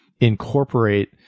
incorporate